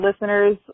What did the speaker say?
listeners